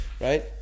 right